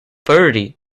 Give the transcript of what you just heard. bertie